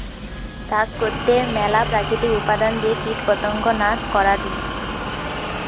চাষ করতে ম্যালা প্রাকৃতিক উপাদান দিয়ে কীটপতঙ্গ নাশ করাঢু